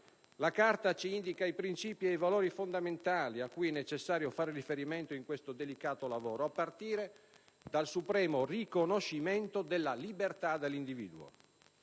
La Carta ci indica i princìpi ed i valori fondamentali a cui è necessario fare riferimento in questo delicato lavoro, a partire dal supremo riconoscimento della libertà dell'individuo.